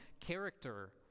character